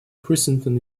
princeton